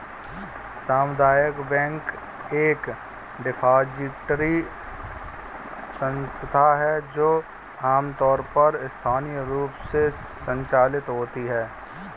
सामुदायिक बैंक एक डिपॉजिटरी संस्था है जो आमतौर पर स्थानीय रूप से संचालित होती है